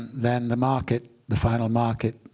then the market, the final market,